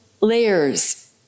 layers